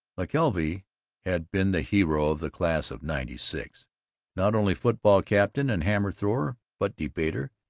mckelvey had been the hero of the class of ninety six not only football captain and hammer-thrower but debater,